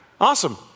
awesome